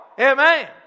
Amen